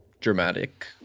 dramatic